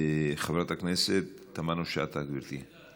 חברת הכנסת תמנו-שטה, גברתי.